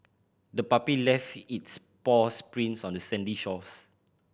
the puppy left its paws prints on the sandy shores